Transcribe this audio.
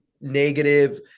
negative